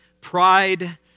Pride